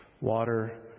water